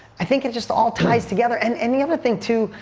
i think it just all ties together. and and the other thing too,